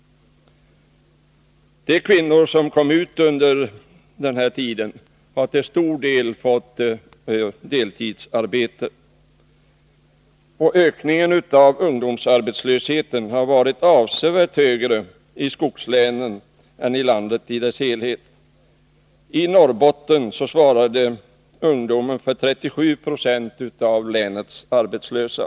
De kvinnor som under denna tid kom ut på arbetsmarknaden har i stor utsträckning fått deltidsarbete. Ökningen av ungdomsarbetslösheten har varit avsevärt högre i skogslänen än i landet i dess helhet. I Norrbotten svarade ungdomen för 37 90 av länets arbetslösa.